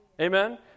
amen